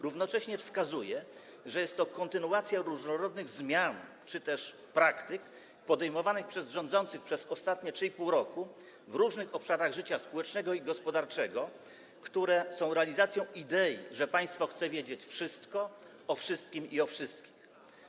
Równocześnie wskazuje, że trwa kontynuacja różnorodnych zmian czy też praktyk podejmowanych przez rządzących przez ostatnie 3,5 roku w różnych obszarach życia społecznego i gospodarczego, które są realizacją idei, że państwo chce wiedzieć wszystko o wszystkim i wszystkich.